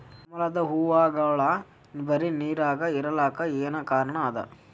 ಕಮಲದ ಹೂವಾಗೋಳ ಬರೀ ನೀರಾಗ ಇರಲಾಕ ಏನ ಕಾರಣ ಅದಾ?